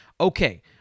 okay